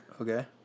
Okay